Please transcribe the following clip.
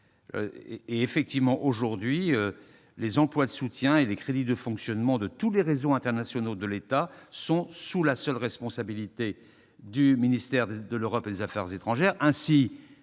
bien en place. Aujourd'hui, les emplois de soutien et les crédits de fonctionnement de tous les réseaux internationaux de l'État sont effectivement sous la seule responsabilité du ministère de l'Europe et des affaires étrangères.